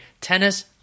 tennis